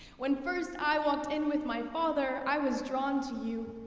when first i walked in with my father, i was drawn to you,